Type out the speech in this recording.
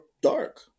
dark